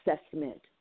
assessment